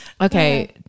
Okay